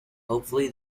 hopefully